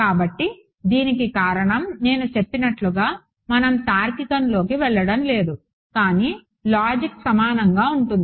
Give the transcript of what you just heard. కాబట్టి దీనికి కారణం నేను చెప్పినట్లుగా మనం తార్కికంలోకి వెళ్లడం లేదు కానీ లాజిక్ సమానంగా ఉంటుంది